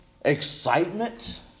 excitement